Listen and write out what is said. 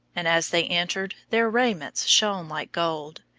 and as they entered their raiments shone like gold,